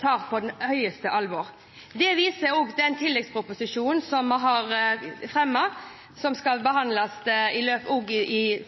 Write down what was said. tar på høyeste alvor. Det viser også den tilleggsproposisjonen som vi fremmet